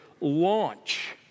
launch